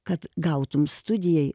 kad gautum studijai